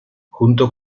junto